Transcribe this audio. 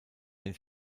den